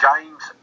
James